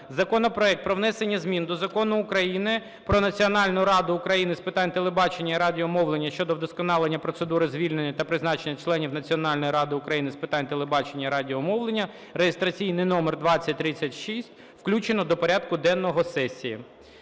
Законопроект про внесення змін до Закону України "Про Національну України з питань телебачення і радіомовлення" щодо вдосконалення процедури звільнення та призначення членів Національної ради України з питань телебачення і радіомовлення (реєстраційний номер 2036) включено до порядку денного сесії.